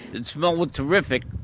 and smell was terrific.